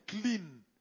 clean